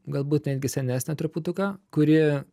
galbūt netgi senesnė truputuką kuri